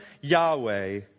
Yahweh